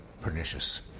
pernicious